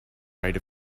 right